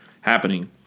happening